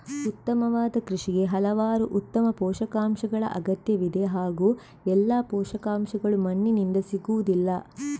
ಉತ್ತಮವಾದ ಕೃಷಿಗೆ ಹಲವಾರು ಉತ್ತಮ ಪೋಷಕಾಂಶಗಳ ಅಗತ್ಯವಿದೆ ಹಾಗೂ ಎಲ್ಲಾ ಪೋಷಕಾಂಶಗಳು ಮಣ್ಣಿನಿಂದ ಸಿಗುವುದಿಲ್ಲ